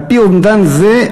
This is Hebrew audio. על-פי אומדן זה,